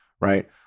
Right